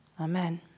Amen